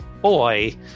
boy